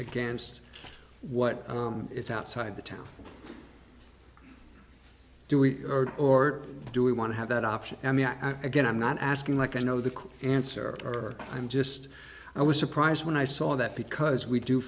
against what is outside the town do we or do we want to have that option i mean i again i'm not asking like i know the answer or i'm just i was surprised when i saw that because we do